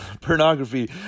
pornography